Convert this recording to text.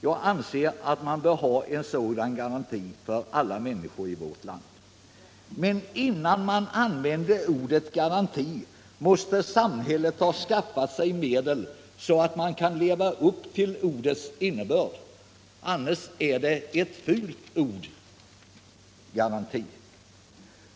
Jag anser att man bör ha en sådan garanti för alla människor i vårt land. Men innan man använder ordet garanti måste samhället ha skaffat sig medel så att man kan leva upp till ordets innebörd. Annars blir det ett fult ord.